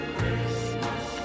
Christmas